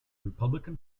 republican